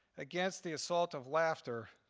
against the assault of laughter,